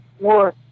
more